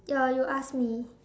ya you ask me